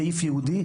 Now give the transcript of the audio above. בסעיף ייעודי,